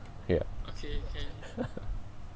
okay